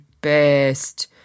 best